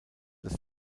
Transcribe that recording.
das